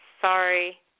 sorry